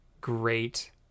great